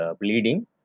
bleeding